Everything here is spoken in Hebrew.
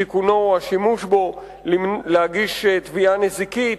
תיקונו והשימוש בו להגיש תביעה נזיקית,